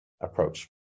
approach